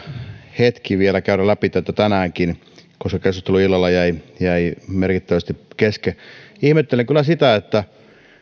hetki tänäänkin vielä käydä läpi tätä lakia eläinten hyvinvoinnista koska keskustelu illalla jäi jäi merkittävästi kesken ihmettelen kyllä sitä että